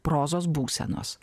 prozos būsenos